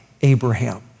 Abraham